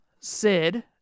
Sid